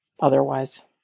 otherwise